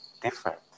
different